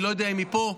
אני לא יודע אם היא פה,